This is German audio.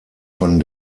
von